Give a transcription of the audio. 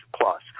plus